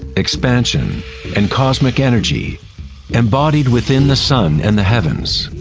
expansion and cosmic energy embodied within the sun and the heavens.